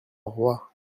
roi